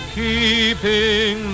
keeping